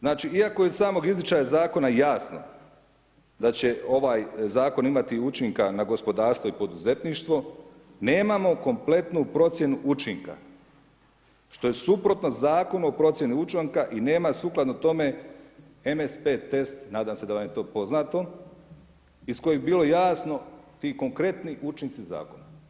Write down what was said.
Znači iako je kod samog izričaja zakona, jasno, da će ovaj zakon imati učinka na gospodarstvo i poduzetništvo, nemamo kompletnu procjenu učinka, što je suprotno Zakonu o procjeni učinka i nema sukladno tome MSP test, nadam se da vam je to poznato, iz kojih bi bilo jasno ti konkretni učinci zakona.